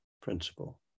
principle